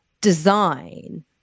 design